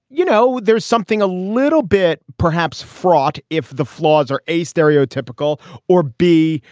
you know, there's something a little bit perhaps fraught. if the flaws are a stereotypical or b,